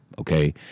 okay